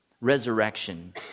resurrection